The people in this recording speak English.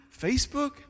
Facebook